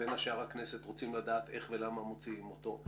והם רוצים לדעת איך מוציאים אותו,